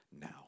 now